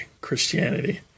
Christianity